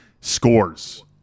scores